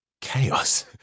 chaos